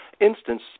instance